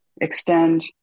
Extend